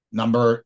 number